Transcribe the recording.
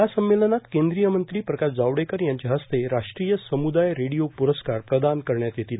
या संमेलनात केंद्रीय मंत्री प्रकाश जावडेकर यांच्या हस्ते राष्ट्रीय समुदाय रेडीओ प्रस्कार प्रदान करण्यात येतील